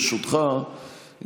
ברשותך,